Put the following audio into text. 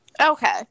okay